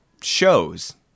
shows